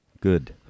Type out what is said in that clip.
Good